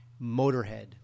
Motorhead